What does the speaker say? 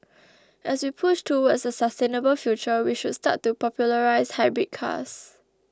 as we push towards a sustainable future we should start to popularise hybrid cars